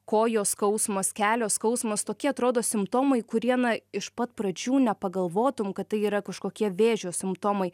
kojos skausmas kelio skausmas tokie atrodo simptomai kurie na iš pat pradžių nepagalvotum kad tai yra kažkokie vėžio simptomai